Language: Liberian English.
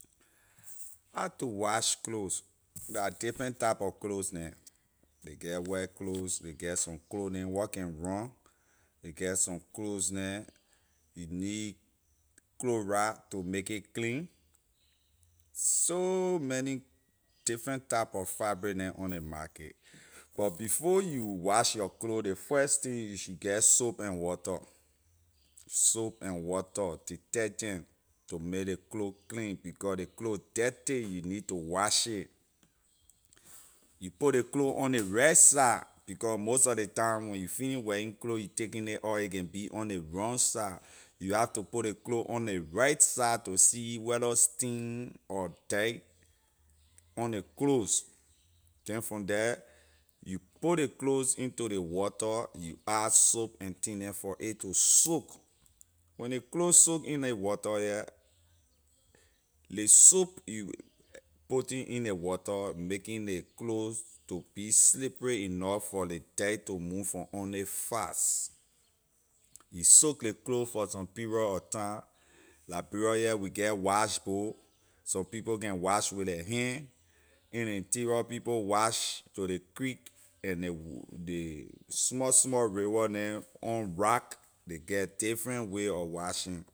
How to wash clothes la different type of clothes neh ley get white clothes ley get some clothes neh where can run ley get some clothes neh you need chloride to make it clean so many different type of fabric neh on ley market but before you wash your clothes ley first thing you should get soap and water soap and water detergent to make ley clothes clean becor ley clothes dirty you need to wash it you put ley clothes on the right side becor most sor ley time when you finish wearing clothes when you taking nay off it can be on the wrong side you have to put ley clothes on ley right side to see whether stain or dirt on ley clothes then from the you put ley clothes into ley water you add soap and thing neh for it to soak when the clothes soak in the water here ley soap you putting in ley water making ley clothes to be slippery enough for ley dirt to move from on ley fast you soak ley clothes for some period of time liberia here we get wash board some people can wash with their hand in ley interior people wash to the creek and the the small small river neh on rock ley get different way of washing